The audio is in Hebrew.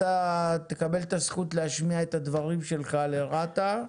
אתה תקבל את הזכות להשמיע את הדברים שלך לרת"א.